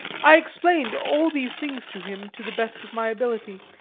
i explained all these things to him to the best of my ability,